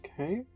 Okay